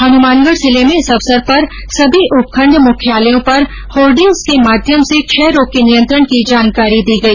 हनुमानगढ़ जिले में इस अवसर पर सभी उपखण्ड मुख्यालयों पर होर्डिंग्स के माध्यम से क्षय रोग के नियंत्रण की जानकारी दी गई